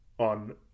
on